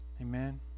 Amen